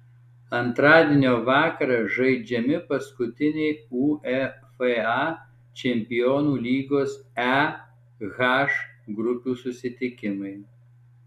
antradienio vakarą žaidžiami paskutiniai uefa čempionų lygos e h grupių susitikimai